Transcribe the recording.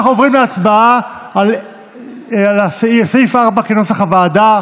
אנחנו עוברים להצבעה על סעיף 4 כנוסח הוועדה.